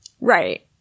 Right